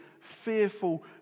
fearful